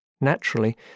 Naturally